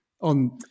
on